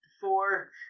four